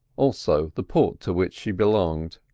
also the port to which she belonged.